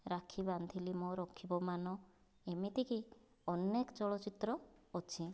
ରାକ୍ଷୀ ବାନ୍ଧିଲି ମୋ ରଖିବ ମାନ ଏମିତିକି ଅନେକ ଚଳଚ୍ଚିତ୍ର ଅଛି